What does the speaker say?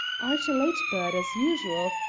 art a late bird, as usual,